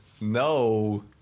No